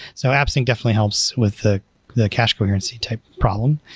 so appsync definitely helps with the the cache coherency type problem,